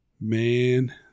man